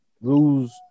Lose